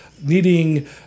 needing